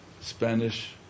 Spanish